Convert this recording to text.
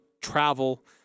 travel